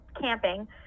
camping